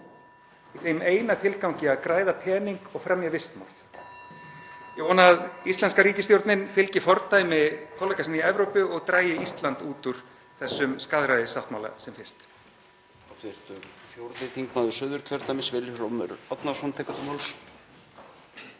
í þeim eina tilgangi að græða pening og fremja vistmorð. Ég vona að íslenska ríkisstjórnin fylgi fordæmi kollega sinna í Evrópu (Forseti hringir.) og dragi Ísland út úr þessum skaðræðissáttmála sem fyrst.